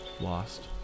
lost